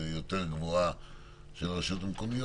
הפיקוח שלי מתמצה בהדרכות שהצוות צריך לעשות ובבדיקת רישום פלילי.